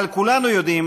אבל כולנו יודעים: